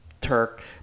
Turk